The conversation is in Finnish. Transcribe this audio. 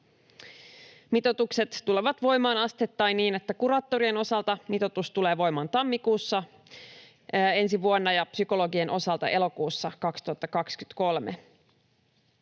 Mitoitukset tulevat voimaan asteittain niin, että kuraattorien osalta mitoitus tulee voimaan tammikuussa ensi vuonna ja psykologien osalta elokuussa 2023.